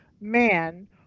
man